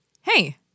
Hey